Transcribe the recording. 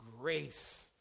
grace